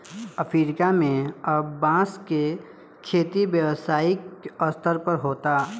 Africa में अब बांस के खेती व्यावसायिक स्तर पर होता